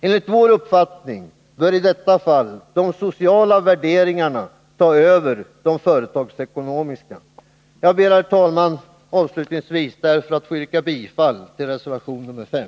Enligt vår uppfattning bör i detta fall de sociala värderingarna ta över de företagsekonomiska. Herr talman! Jag ber avslutningsvis att få yrka bifall till reservation nr 5